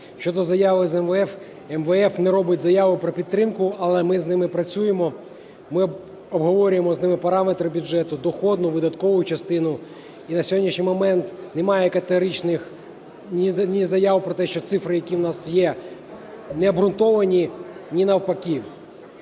Щодо заяви з МВФ. МВФ не робить заяву про підтримку, але ми з ними працюємо. Ми обговорюємо з ними параметри бюджету, доходну, видаткову частину. І на сьогоднішній момент немає категоричних ні заяв про те, що цифри, які у нас є, необґрунтовані, ні навпаки.